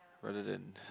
rather than